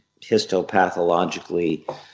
histopathologically